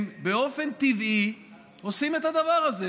הם באופן טבעי עושים את הדבר הזה,